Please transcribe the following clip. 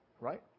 right